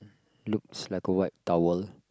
looks like a white tower